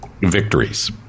victories